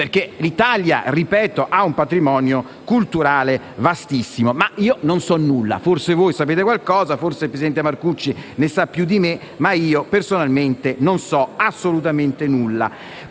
spero l'Italia utilizzi, perché ha un patrimonio culturale vastissimo. Ma io non so nulla; forse voi sapete qualcosa, forse il presidente Marcucci ne sa più di me, ma personalmente non so assolutamente nulla.